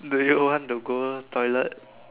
do you want to go toilet